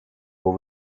will